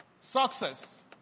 success